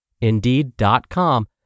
Indeed.com